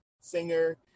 singer